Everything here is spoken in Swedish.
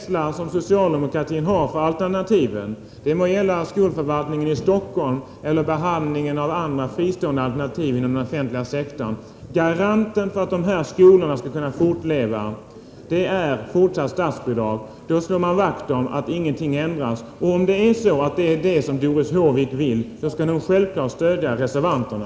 Socialdemokraterna är rädda för alternativen — det må gälla skolförvaltningen i Stockholm eller behandlingen av andra fristående alternativ inom den offentliga sektorn. Garanten för att dessa skolor skall kunna fortleva är fortsatt statsbidrag. Behåller man statsbidragen slår man vakt om verksamheten och ingenting behöver ändras. Om det är så Doris Håvik vill ha det skall hon självfallet stödja reservanterna!